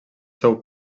seu